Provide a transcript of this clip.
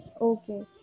Okay